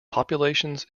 populations